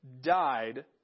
died